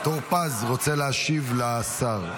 טור פז רוצה להשיב לשר.